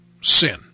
sin